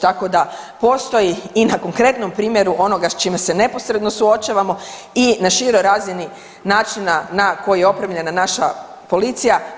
Tako da postoji i na konkretnom primjeru onoga s čime se neposredno suočavamo i na široj razini načina na koji je opremljena naša policija.